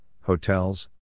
hotels